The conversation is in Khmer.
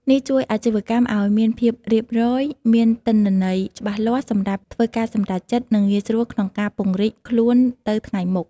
នេះជួយអាជីវកម្មឲ្យមានភាពរៀបរយ មានទិន្នន័យច្បាស់លាស់សម្រាប់ធ្វើការសម្រេចចិត្ត និងងាយស្រួលក្នុងការពង្រីកខ្លួនទៅថ្ងៃមុខ។